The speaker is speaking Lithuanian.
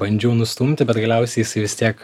bandžiau nustumti bet galiausiai jisai vis tiek